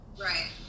Right